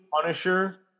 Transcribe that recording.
Punisher –